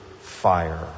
fire